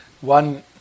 One